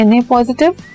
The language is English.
Na-positive